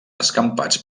escampats